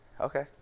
Okay